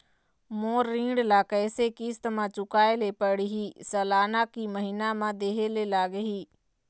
मोर ऋण ला कैसे किस्त म चुकाए ले पढ़िही, सालाना की महीना मा देहे ले लागही?